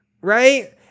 Right